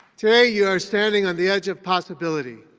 today you are standing on the edge of possibility.